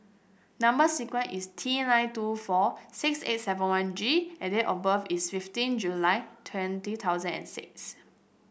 number sequence is T nine two four six eight seven one G and date of birth is fifteen July two thousand and six